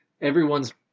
everyone's